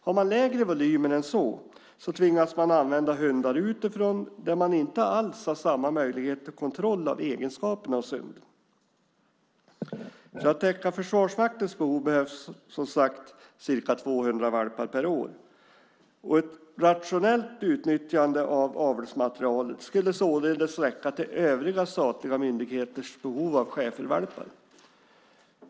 Har man lägre volymer än så tvingas man använda hundar utifrån där men inte alls har samma möjlighet till kontroll av egenskaperna hos hunden. För att täcka Försvarsmaktens behov behövs ca 200 valpar per år. Ett rationellt utnyttjande av avelsmaterialet skulle således räcka till övriga statliga myndigheters behov av schäfervalpar.